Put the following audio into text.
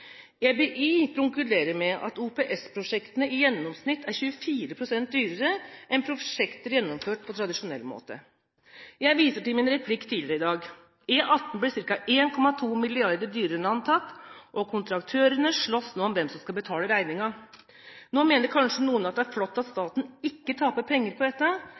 konkluderer med at OPS-prosjektene i gjennomsnitt er 24 pst. dyrere enn prosjekter gjennomført på tradisjonell måte. Jeg viser til min replikk tidligere i dag. E18 ble ca. 1,2 mrd. kr dyrere enn antatt, kontraktørene slåss nå om hvem som skal betale regningen. Nå mener kanskje noen det er flott at staten ikke taper penger på dette,